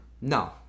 No